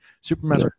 Superman